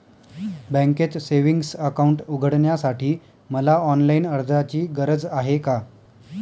बँकेत savings account उघडण्यासाठी मला ऑनलाईन अर्जाची गरज आहे का?